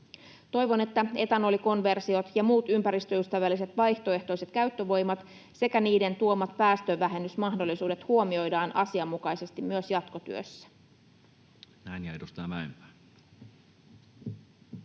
Toivon, että etanolikonversiot ja muut ympäristöystävälliset vaihtoehtoiset käyttövoimat sekä niiden tuomat päästövähennysmahdollisuudet huomioidaan asianmukaisesti myös jatkotyössä.